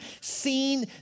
seen